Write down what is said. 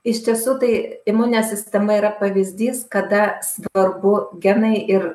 iš tiesų tai imuninė sistema yra pavyzdys kada svarbu genai ir